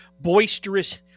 boisterous